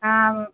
ஆ வும்